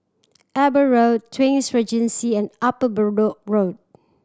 Eber Road Twin Regency and Upper Bedok Road